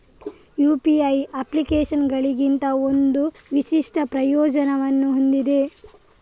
UPI ಅಪ್ಲಿಕೇಶನುಗಳಿಗಿಂತ ಒಂದು ವಿಶಿಷ್ಟ ಪ್ರಯೋಜನವನ್ನು ಹೊಂದಿದೆ